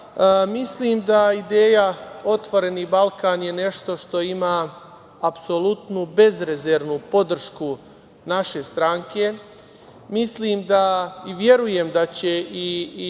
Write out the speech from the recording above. Mislim da je ideja otvoreni Balkan nešto što ima apsolutnu bezrezervnu podršku naše stranke. Verujem da će i